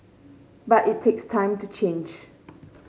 but it takes time to change